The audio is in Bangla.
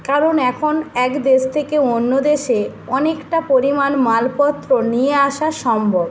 কারণ এখন এক দেশ থেকে অন্য দেশে অনেকটা পরিমাণ মালপত্র নিয়ে আসা সম্ভব